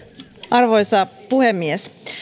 arvoisa puhemies